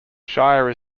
shire